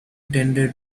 tended